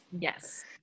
Yes